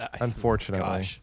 unfortunately